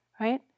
right